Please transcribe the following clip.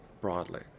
broadly